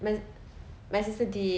my my sister did